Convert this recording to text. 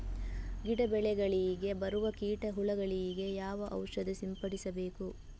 ಗಿಡ, ಬೆಳೆಗಳಿಗೆ ಬರುವ ಕೀಟ, ಹುಳಗಳಿಗೆ ಯಾವ ಔಷಧ ಸಿಂಪಡಿಸಬೇಕು?